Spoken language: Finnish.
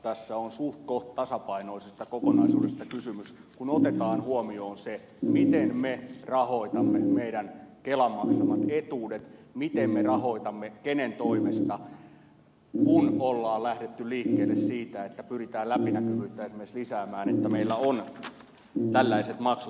tässä on suhtkoht tasapainoisesta kokonaisuudesta kysymys kun otetaan huomioon se miten me rahoitamme kelan maksamat etuudet miten me rahoitamme kenen toimesta kun on lähdetty liikkeelle siitä että pyritään läpinäkyvyyttä esimerkiksi lisäämään että meillä on tällaiset maksut kuin sairaanhoitomaksu ja työtulovakuutusmaksu